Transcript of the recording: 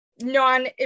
non